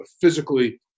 physically